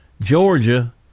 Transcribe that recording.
Georgia